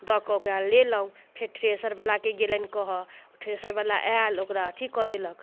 दऽ कऽ ओकरा लेलहुँ फेर थ्रेसरवला के गेलनि कहऽ ओ थ्रेसरवला आयल ओकरा अथी कऽ देलक